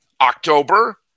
October